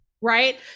right